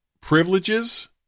privileges